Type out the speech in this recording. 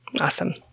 Awesome